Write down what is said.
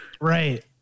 right